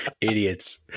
Idiots